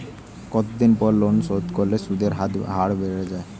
কতদিন পর লোন শোধ করলে সুদের হার বাড়ে য়ায়?